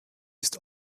ist